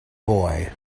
boy